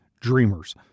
dreamers